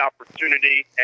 opportunity